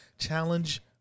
challenge